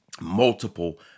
multiple